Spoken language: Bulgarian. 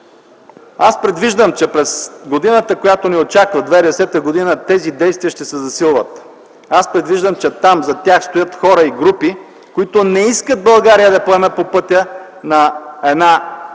Аз предвиждам, че през годината, което ни очаква – 2010 г., тези действия ще се засилват. Аз предвиждам, че там – зад тях, стоят хора и групи, които не искат България да поеме по пътя на една добре